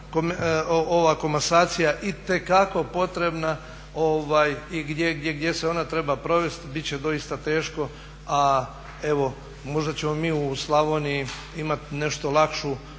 ova komasacija itekako potrebna i gdje se ona treba provest, bit će doista teško. A evo možda ćemo mi u Slavoniji imat nešto lakši